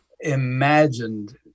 imagined